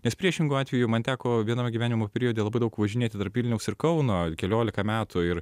nes priešingu atveju man teko vienam gyvenimo periode labai daug važinėti tarp vilniaus ir kauno keliolika metų ir